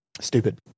Stupid